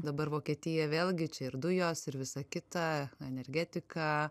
dabar vokietija vėlgi čia ir dujos ir visa kita energetika